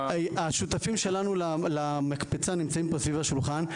השותפים שלנו למקפצה נמצאים פה סביב השולחן,